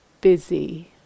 busy